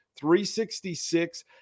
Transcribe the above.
366